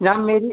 जनाब मेरी